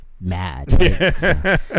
mad